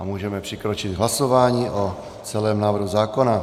Můžeme přikročit k hlasování o celém návrhu zákona.